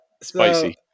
spicy